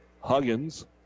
Huggins